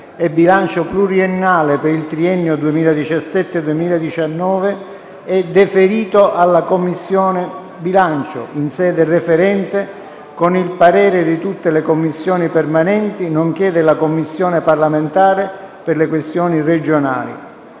e bilancio pluriennale per il triennio 2017-2019) è deferito alla Commissione bilancio in sede referente, con il parere di tutte le Commissioni permanenti, nonché della Commissione parlamentare per le questioni regionali.